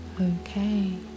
okay